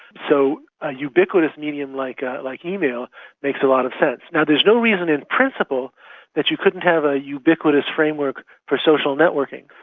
so a ubiquitous medium like ah like email makes a lot of sense. there is no reason in principle that you couldn't have a ubiquitous framework for social networking,